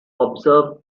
observe